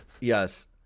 yes